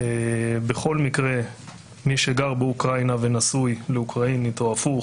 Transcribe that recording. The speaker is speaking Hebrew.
בכל מקרה מי שגר באוקראינה ונשוי לאוקראינית או הפוך,